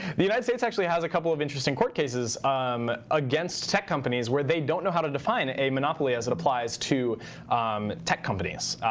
the united states actually has a couple of interesting court cases um against tech companies where they don't know how to define a monopoly as it applies to um tech companies.